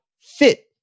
fit